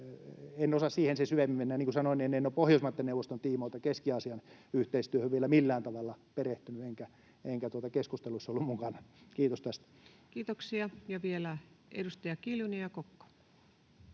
mennä. Niin kuin sanoin, en ole Pohjoismaiden neuvoston tiimoilta Keski-Aasian yhteistyöhön vielä millään tavalla perehtynyt enkä keskusteluissa ollut mukana. — Kiitos tästä. Kiitoksia. — Ja vielä edustajat Kiljunen ja Kokko.